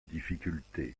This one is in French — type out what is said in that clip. difficulté